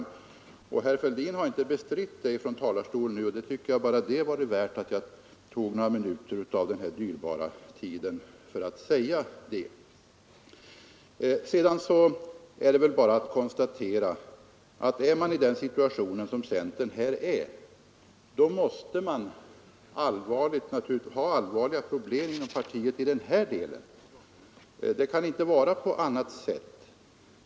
Herr Fälldin har som sagt inte bestritt det från talarstolen nu, och jag tycker att det bara fördenskull var motiverat att jag tog några minuter av den dyrbara tiden i anspråk. Sedan är det väl endast att konstatera att med den situation som centern här är i måste man ha allvarliga problem inom partiet i den här delen — det kan inte vara på annat sätt.